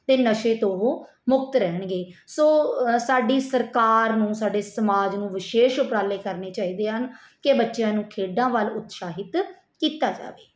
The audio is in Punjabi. ਅਤੇ ਨਸ਼ੇ ਤੋਂ ਉਹ ਮੁਕਤ ਰਹਿਣਗੇ ਸੋ ਸਾਡੀ ਸਰਕਾਰ ਨੂੰ ਸਾਡੇ ਸਮਾਜ ਨੂੰ ਵਿਸ਼ੇਸ਼ ਉਪਰਾਲੇ ਕਰਨੇ ਚਾਹੀਦੇ ਹਨ ਕਿ ਬੱਚਿਆਂ ਨੂੰ ਖੇਡਾਂ ਵੱਲ ਉਤਸ਼ਾਹਿਤ ਕੀਤਾ ਜਾਵੇ